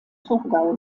thurgau